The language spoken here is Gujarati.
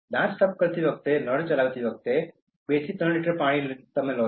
દાંત સાફ કરતી વખતે નળ ચલાવતા તે રીતે બે થી ત્રણ લિટર લે છે